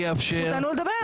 תיתן לנו לדבר.